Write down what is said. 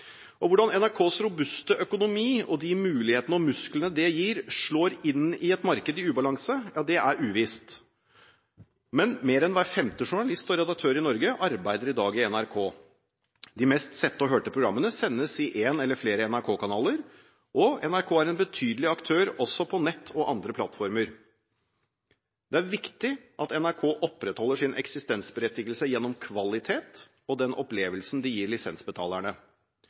lisens. Hvordan NRKs robuste økonomi og de mulighetene og musklene det gir, slår inn i et marked i ubalanse, er uvisst. Mer enn hver femte journalist og redaktør i Norge arbeider i dag i NRK. De mest sette og hørte programmene sendes i en eller flere NRK-kanaler, og NRK er en betydelig aktør også på nett og andre plattformer. Det er viktig at NRK opprettholder sin eksistensberettigelse gjennom kvalitet og den opplevelsen de gir lisensbetalerne.